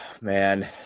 man